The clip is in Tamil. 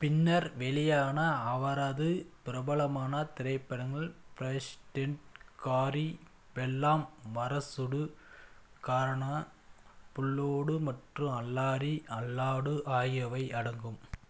பின்னர் வெளியான அவரது பிரபலமான திரைப்படங்கள் பிரசிடென்ட் காரி பெல்லாம் வரசுடு காரனா புல்லோடு மற்றும் அல்லாரி அல்லாடு ஆகியவை அடங்கும்